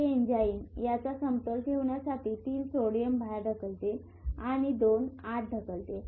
हे एन्झाइम याचा समतोल ठेवण्यासाठी 3 सोडियम बाहेर ढकलते आणि 2 आत ढकलते